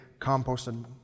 composted